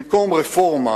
במקום רפורמה